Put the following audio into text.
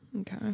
Okay